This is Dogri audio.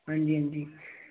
हां जी हां जी